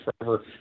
forever